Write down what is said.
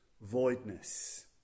voidness